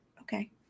okay